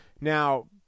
Now